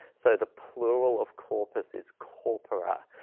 so the plural of corpus is corpora.